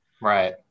Right